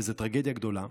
וזו טרגדיה גדולה,